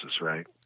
right